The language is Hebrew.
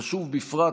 חשוב בפרט,